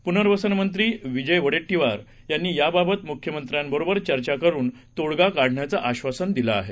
पुवर्वसनमंत्री विजय वडेट्टीवार यांनी या बाबत मुख्यमंत्र्यांबरोबर चर्चा करून तोडगा काढण्याचं आश्वासन दिलं आहे